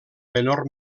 menor